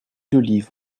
d’olive